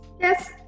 Yes